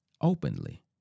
openly